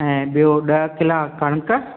ऐं ॿियो ॾह किला कणिक